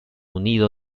unido